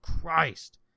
Christ